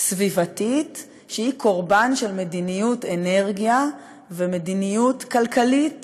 סביבתית שהיא קורבן של מדיניות אנרגיה ומדיניות כלכלית